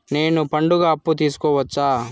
నేను పండుగ అప్పు తీసుకోవచ్చా?